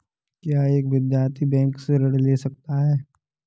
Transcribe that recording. क्या एक विद्यार्थी बैंक से ऋण ले सकता है?